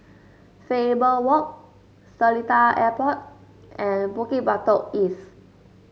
Faber Walk Seletar Airport and Bukit Batok East